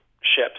Ships